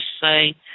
say